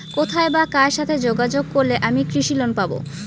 কোথায় বা কার সাথে যোগাযোগ করলে আমি কৃষি লোন পাব?